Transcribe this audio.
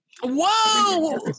Whoa